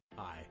Hi